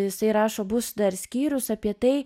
jisai rašo bus dar skyrius apie tai